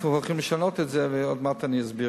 אנחנו הולכים לשנות את זה, ועוד מעט אני אסביר.